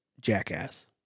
Jackass